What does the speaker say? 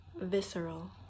visceral